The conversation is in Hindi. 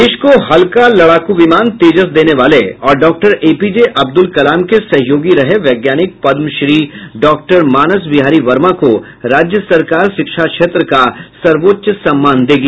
देश को हल्का लड़ाकू विमान तेजस देने वाले और डॉक्टर एपीजे अब्दूल कलाम के सहयोगी रहे वैज्ञानिक पद्मश्री डॉक्टर मानस बिहारी वर्मा को राज्य सरकार शिक्षा का सर्वोच्च सम्मान देगी